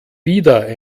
wieder